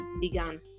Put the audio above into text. began